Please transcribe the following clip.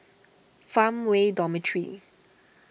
Farmway Dormitory